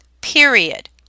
Period